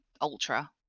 ultra